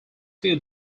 few